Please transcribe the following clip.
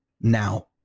now